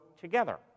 together